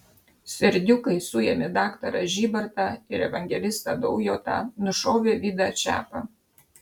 serdiukai suėmė daktarą žybartą ir evangelistą daujotą nušovė vidą čepą